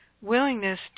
willingness